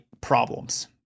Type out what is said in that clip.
problems